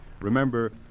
Remember